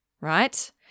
right